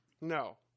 No